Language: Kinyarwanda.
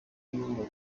y’umukara